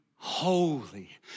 holy